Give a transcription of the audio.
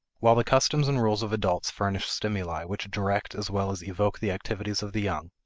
while the customs and rules of adults furnish stimuli which direct as well as evoke the activities of the young,